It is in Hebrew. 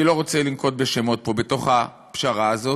אני לא רוצה לנקוב בשמות פה בתוך הפשרה הזאת,